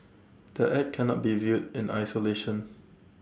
the act cannot be viewed in isolation